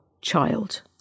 child